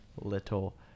Little